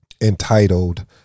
entitled